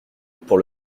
pour